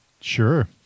sure